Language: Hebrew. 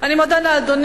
אני מודה לאדוני.